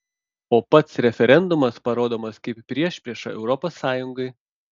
o pats referendumas parodomas kaip priešprieša europos sąjungai